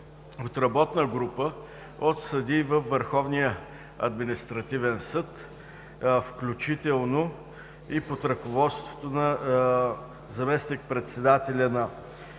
от работна група от съдии във Върховния административен съд под ръководството на заместник-председателя на